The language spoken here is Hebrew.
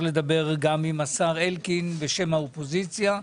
לדבר גם עם השר אלקין בשם האופוזיציה.